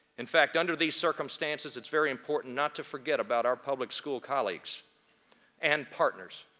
in fact, under these circumstances it's very important not to forget about our public school colleagues and partners.